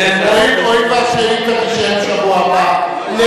האוצר יתמוך במהלך של הקמת הוועדה הזאת?